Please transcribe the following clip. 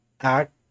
act